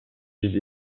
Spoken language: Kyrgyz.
биз